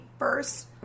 First